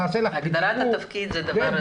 הגדרת התפקיד זה דבר חשוב מאוד.